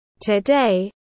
Today